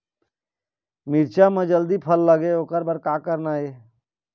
मिरचा म जल्दी फल लगे ओकर बर का करना ये?